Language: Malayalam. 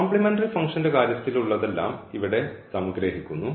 കോംപ്ലിമെൻററി ഫംഗ്ഷൻറെ കാര്യത്തിൽ ഉള്ളതെല്ലാം ഇവിടെ സംഗ്രഹിക്കുന്നു